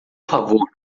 favor